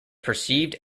perceived